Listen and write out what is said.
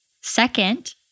Second